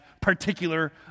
particular